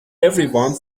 everyone